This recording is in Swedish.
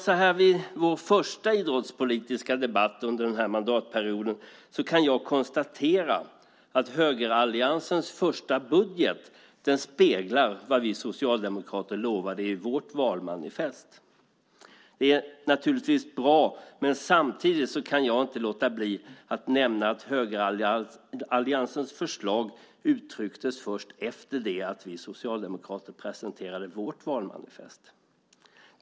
Så här i vår första idrottspolitiska debatt under den här mandatperioden kan jag konstatera att högeralliansens första budget speglar vad vi socialdemokrater lovade i vårt valmanifest. Det är naturligtvis bra, men jag kan inte låta bli att nämna att högeralliansens förslag uttrycktes först efter det att vi socialdemokrater presenterat vårt valmanifest.